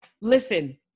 Listen